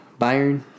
Bayern